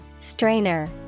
Strainer